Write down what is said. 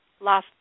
last